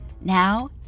Now